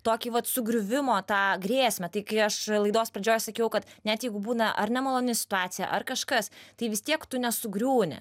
tokį vat sugriuvimo tą grėsmę tai kai aš laidos pradžioj sakiau kad net jeigu būna ar nemaloni situacija ar kažkas tai vis tiek tu nesugriūni